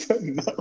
No